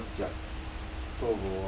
all those people jiak